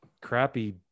Crappy